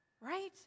right